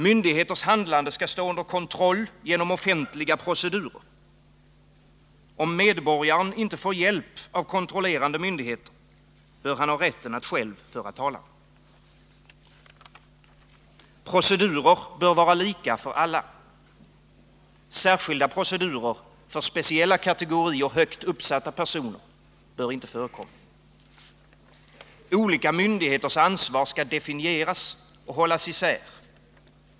Myndigheters handlande skall stå under kontroll genom offentliga procedurer. Om medborgaren inte får hjälp av kontrollerande myndigheter, ; bör han ha rätten att själv föra talan. Procedurer bör vara lika för alla. Särskilda procedurer för speciella kategorier högt uppsatta personer bör inte förekomma. Olika myndigheters ansvar skall definieras och hållas isär.